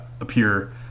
appear